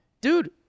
Dude